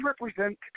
represent